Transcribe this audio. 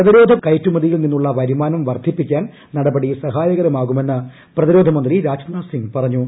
പ്രതിരോധ കയറ്റുമതിയിൽ നിന്നുള്ള വരുമാനം വർദ്ധിപ്പിക്കാൻ നടപടി സഹായകമാകുമെന്ന് പ്രതിരോധമന്ത്രി രാജ്നാഥ് സിംഗ് പറഞ്ഞു